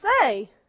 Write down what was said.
say